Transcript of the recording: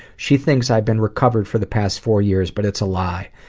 she thinks i've been recovered for the past four years, but it's a lie.